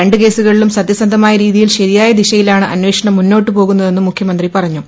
രണ്ട് കേസുകളിലും സത്യസന്ധമായ രീതിയിൽ ശരിയായ ദിശയിലാണ് അന്വേഷണം മുന്നോട്ടുപോകുന്നതെന്നും മുഖ്യമന്ത്രി പറഞ്ഞു